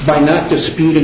by no disputing